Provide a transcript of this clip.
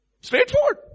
Straightforward